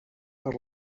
per